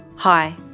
Hi